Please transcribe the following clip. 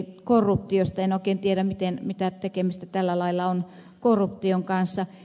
en oikein tiedä mitä tekemistä tällä lailla on korruption kanssa